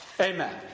Amen